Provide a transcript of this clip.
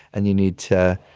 and you need to,